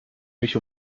mich